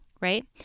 right